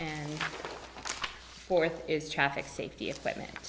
and fourth is traffic safety equipment